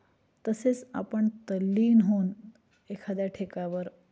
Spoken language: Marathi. तसेच आपण तल्लीन होऊन एखाद्या ठेक्यावर